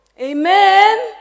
Amen